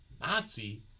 Nazi